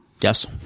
Yes